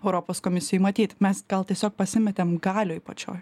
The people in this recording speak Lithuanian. europos komisijoj matyt mes gal tiesiog pasimetėm galioj pačioj